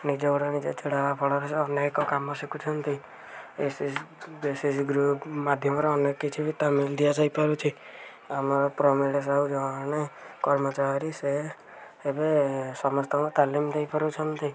ନିଜ ଗୋଡ଼ରେ ନିଜେ ଛିଡ଼ା ହେବା ଫଳରେ ସେ ଅନେକ କାମ ଶିଖୁଛନ୍ତି S S S S G group ମାଧ୍ୟମରେ ଅନେକ କିଛି ବି ତାଲିମ୍ ଦିଆଯାଇପାରୁଛି ଆମର ପ୍ରମିଳା ସାହୁ ଜଣେ କର୍ମଚାରୀ ସେ ଏବେ ସମସ୍ତଙ୍କୁ ତାଲିମ୍ ଦେଇପାରୁଛନ୍ତି